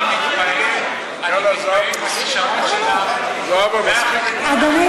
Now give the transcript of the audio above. אני מתפעל מהכישרון שלך, אדוני